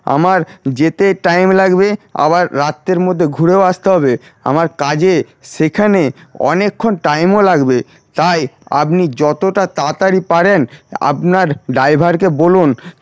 আমার যেতে টাইম লাগবে আবার রাত্তের মধ্যে ঘুরেও আসতে হবে আমার কাজে সেখানে অনেকক্ষণ টাইমও লাগবে তাই আপনি যতটা তাড়াড়াতাড়ি পারেন আপনার ড্রাইভারকে বলুন